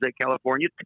California